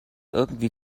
irgendwie